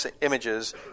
images